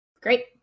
Great